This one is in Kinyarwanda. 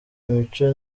imico